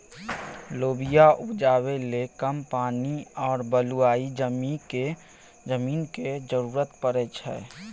लोबिया उपजाबै लेल कम पानि आ बलुआही जमीनक जरुरत परै छै